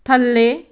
ਥੱਲੇ